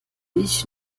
ich